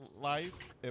life